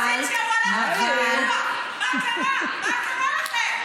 מה זה השטויות האלה?